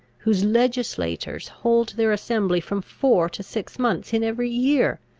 whose legislators hold their assembly from four to six months in every year!